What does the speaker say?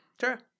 Sure